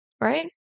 right